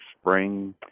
spring